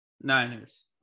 Niners